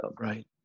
right